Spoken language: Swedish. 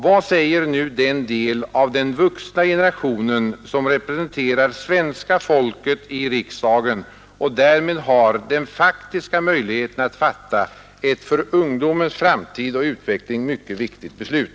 Vad säger nu den del av den vuxna generationen som representerar svenska folket i riksdagen och därmed har den faktiska möjligheten att fatta ett för ungdomens framtid och utveckling mycket viktigt beslut?